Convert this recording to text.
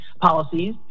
policies